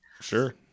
Sure